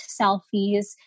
selfies